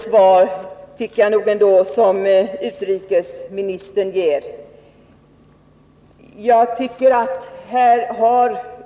Jag tycker ändå inte att utrikesministerns svar är så tillfredsställande.